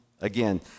again